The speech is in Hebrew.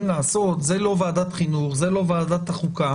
לעשות זאת לא ועדת חינוך וזאת לא ועדת החוקה.